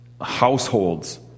households